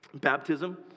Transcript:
Baptism